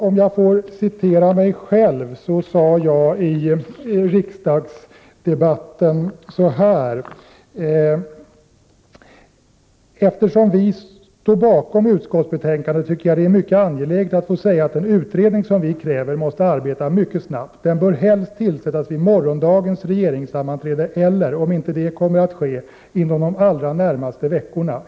Om jag får citera mig själv, vill jag erinra om att jag sade så här i riksdagsdebatten: ”Eftersom vi står bakom utskottsbetänkandet tycker jag det är mycket angeläget att få säga att den utredning som vi kräver måste arbeta mycket snabbt. Den bör helst tillsättas vid morgondagens regerings sammanträde eller, om inte det kommer att ske, inom de allra närmaste veckorna.